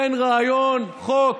תן רעיון, חוק,